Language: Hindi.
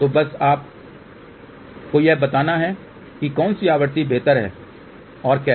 तो बस अब आपको यह बताना है कि कौन सी आवृत्ति बेहतर है और कैसे